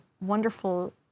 wonderful